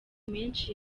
menshi